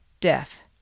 Death